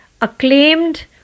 acclaimed